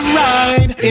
ride